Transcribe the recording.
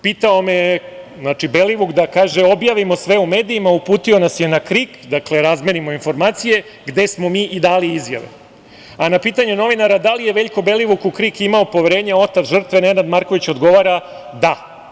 Pitao me je …“ znači Belivuk „… da objavimo sve u medijima, uputio nas je na KRIK, dakle, razmenimo informacije, gde smo mi i dali izjave.“ Na pitanje novinara – da li je Veljko Belivuk u KRIK imao poverenje, otac žrtve Nenad Marković odgovara – Da.